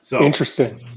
Interesting